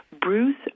Bruce